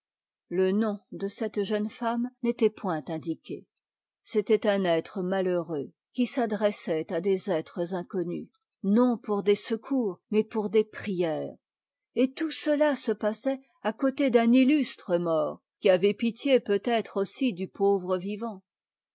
le nom de cette jeune femme n'était point indique c'était un être malheureux qui s'adressait à des êtres inconnus non pour des secours mais pour des prières et tout cela se passait à côté d'un illustre mort qui avait pitié peut-être aussi du pauvre vivant